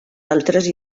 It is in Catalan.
altres